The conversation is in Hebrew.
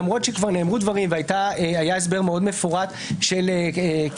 למרות שכבר נאמרו דברים והיה הסבר מאוד מפורט של כבוד